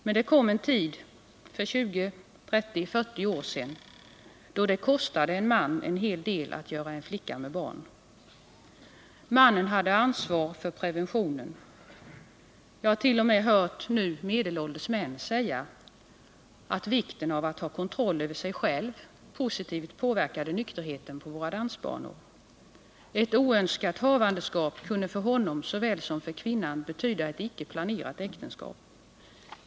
Men det kom en tid, för 20, 30, 40 år sedan, då det kostade en man en hel del att göra en flicka med barn. Mannen hade ansvar för preventionen. Jag har t.o.m. hört nu medelålders män säga att vikten av att ha kontroll över sig själv positivt påverkade nykterheten på våra dansbanor. Ett oönskat havandeskap kunde för honom såväl som för kvinnan betyda ett icke planerat äktenskap.